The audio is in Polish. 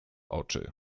oczy